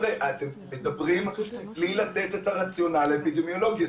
אתם מדברים בלי לתת את הרציונל האפידמיולוגי.